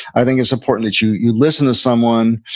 i think it's important that you you listen to someone.